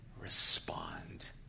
respond